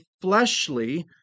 fleshly